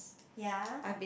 ya